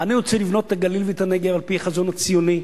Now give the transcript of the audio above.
אני רוצה לבנות את הגליל ואת הנגב על-פי החזון הציוני,